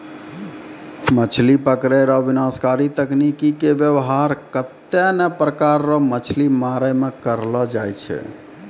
मछली पकड़ै रो विनाशकारी तकनीकी के वेवहार कत्ते ने प्रकार रो मछली मारै मे करलो जाय छै